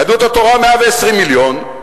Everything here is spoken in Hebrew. יהדות התורה, 120 מיליון.